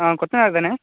ஆ கொத்தனார் தானே